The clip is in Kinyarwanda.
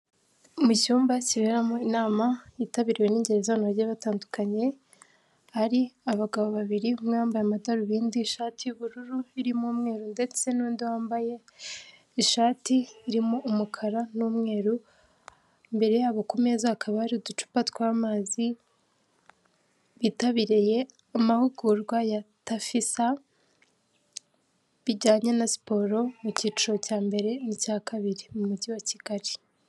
Mu cyumba kiberamo inama yitabiriwe n'ingeri z'abantu bagiye batandukanye ,hari abagabo babiri umwe wambaye amadarubindi ishati y'ubururu irimo umweru ndetse n'undi wambaye ishati irimo umukara n'umweru , imbere yabo ku meza hakaba hari, uducupa tw'amazi bitabiriye amahugurwa ya tafisa bijyanye na siporo mu cyiciro cya mbere n'icya kabiri mu mujyi wa kigali.